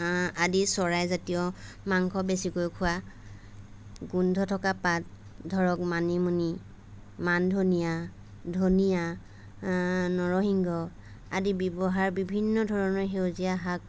আদি চৰাইজাতীয় মাংস বেছিকৈ খোৱা গোন্ধ থকা পাত ধৰক মানিমুনি মান ধনিয়া ধনিয়া নৰসিংহ আদি ব্যৱহাৰ বিভিন্ন ধৰণৰ সেউজীয়া শাক